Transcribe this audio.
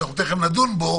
שאנחנו תיכף נדון בו,